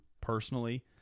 personally